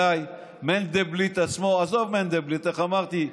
מנדלבליט עצמו, עזוב מנדלבליט, איך אמרתי?